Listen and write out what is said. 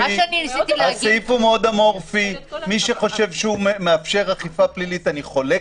אני חולק על מי שחושב שהוא מאפשר אכיפה פלילית.